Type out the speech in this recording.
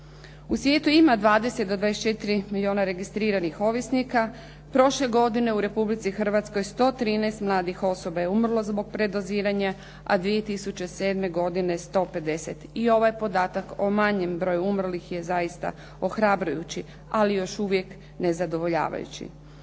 U svijetu ima 20 do 24 milijona registriranih ovisnika. Prošle godine u Republici Hrvatskoj 113 mladih osoba je umrlo zbog predoziranja, a 2007. godine 150. I ovaj podatak o manjem broju umrlih je zaista ohrabrujući, ali još uvijek nezadovoljavajući.